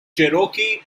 cherokee